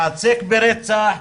התעסק ברצח,